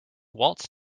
waltzed